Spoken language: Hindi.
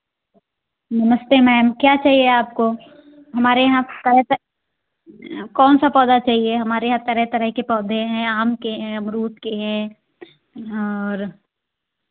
नमस्ते मैम क्या चाहिए आपको हमारे यहाँ तरह तरह कौन सा पौधा चहिए आपको हमारे यहाँ तरह तरह के पौधे हैं आम के हैं अमरूद के हैं और